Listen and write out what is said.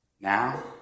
Now